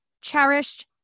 cherished